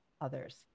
others